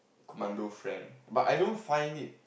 commando friend but I don't find it